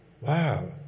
Wow